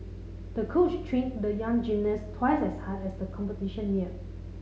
the coach trained the young gymnast twice as hard as the competition neared